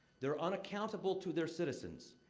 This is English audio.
they're unaccountable to their citizens,